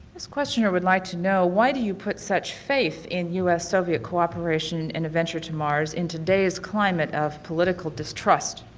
this questioner would like to know why do you put so much faith in us-soviet cooperation in and a venture to mars in today's climate of political distrust?